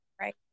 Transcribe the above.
right